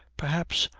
perhaps,